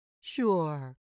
Sure